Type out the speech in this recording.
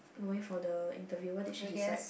going for the interview what that she decide